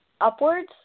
upwards